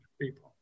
people